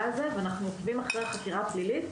הזה ואנחנו עוקבים אחרי החקירה הפלילית,